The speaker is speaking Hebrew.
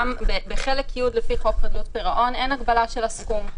בחלק י' לפי חוק חדלות פירעון אין הגבלה של הסכום.